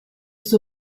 suo